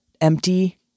empty